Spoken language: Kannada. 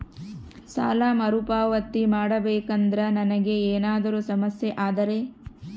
ಸಾಲ ಮರುಪಾವತಿ ಮಾಡಬೇಕಂದ್ರ ನನಗೆ ಏನಾದರೂ ಸಮಸ್ಯೆ ಆದರೆ?